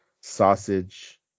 sausage